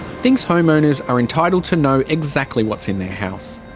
thinks homeowners are entitled to know exactly what's in their house.